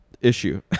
issue